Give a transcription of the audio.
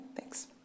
Thanks